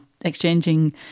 exchanging